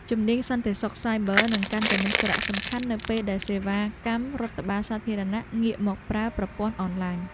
ជំនាញសន្តិសុខសាយប័រនឹងកាន់តែមានសារៈសំខាន់នៅពេលដែលសេវាកម្មរដ្ឋបាលសាធារណៈងាកមកប្រើប្រព័ន្ធអនឡាញ។